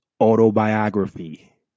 autobiography